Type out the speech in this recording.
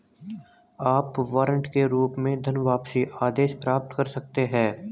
आप वारंट के रूप में धनवापसी आदेश प्राप्त कर सकते हैं